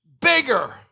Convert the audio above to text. bigger